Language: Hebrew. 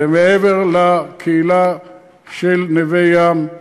והקהילה של נווה-ים,